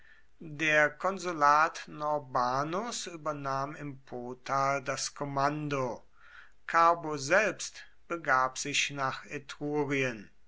der konsulat norbanus übernahm im potal das kommando carbo selbst begab sich nach